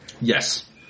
Yes